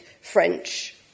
French